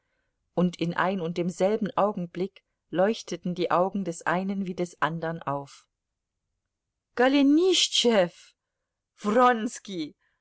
und in ein und demselben augenblick leuchteten die augen des einen wie des andern auf golenischtschew